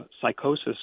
psychosis